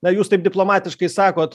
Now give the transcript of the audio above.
na jūs taip diplomatiškai sakot